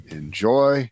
enjoy